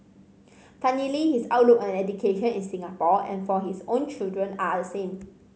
funnily his outlook on education in Singapore and for his own children are the same